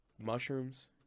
mushrooms